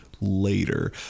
later